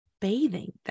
bathing